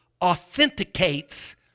authenticates